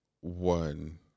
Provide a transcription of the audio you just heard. one